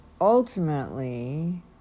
ultimately